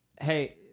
Hey